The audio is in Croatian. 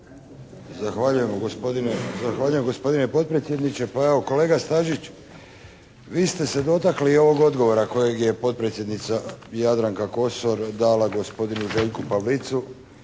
Zahvaljujem gospodine potpredsjedniče. Pa evo kolega Stazić vi ste se dotakli i ovog odgovora kojeg je potpredsjednica Jadranka Kosor dala gospodinu Željku Pavlicu